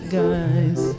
guys